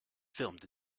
filmed